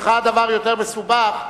אצלך הדבר יותר מסובך,